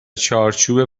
چارچوب